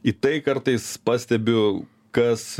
į tai kartais pastebiu kas